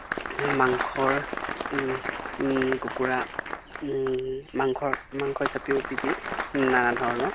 মাংসৰ কুকুৰা মাংসৰ মাংস হিচাপেও বিক্ৰী নানা ধৰণৰ